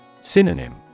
Synonym